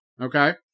Okay